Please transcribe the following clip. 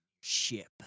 ship